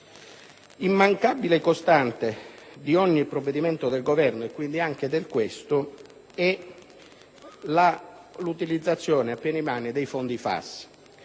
immancabile costante di ogni provvedimento del Governo - e quindi anche di questo - è l'utilizzazione a piene mani dei fondi FAS.